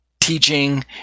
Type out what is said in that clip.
teaching